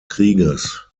krieges